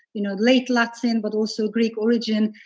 you know, late latin but also greek origin.